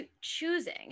choosing